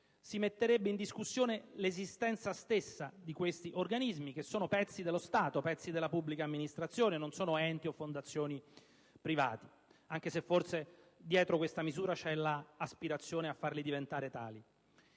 si metterebbe in discussione l'esistenza stessa di questi organismi, che sono pezzi dello Stato e della pubblica amministrazione e che non sono enti o fondazioni private, anche se forse, dietro questa misura, c'è l'aspirazione a farli diventare tali.